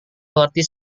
mengerti